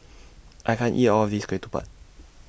I can't eat All of This Ketupat